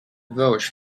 vouch